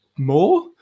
more